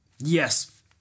Yes